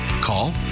Call